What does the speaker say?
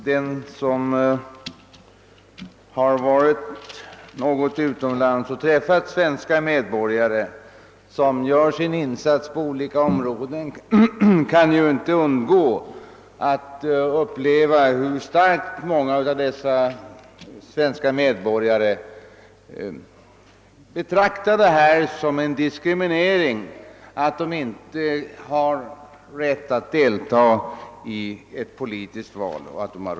Den som har varit något utomlands och träffat svenska medborgare, som gör sin insats på olika områden, kan inte undgå att märka hur starkt många av dessa upplever det som en diskriminering att de inte har rätt att delta i ett politiskt val.